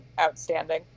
outstanding